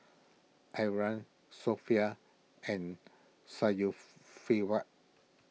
Aryan Sofia and Syafiqah